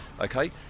Okay